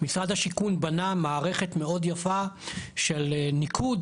משרד השיכון בנה מערכת מאוד יפה של ניקוד